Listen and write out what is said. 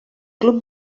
club